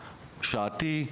שעתי,